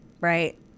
right